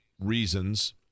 reasons